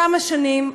כמה שנים,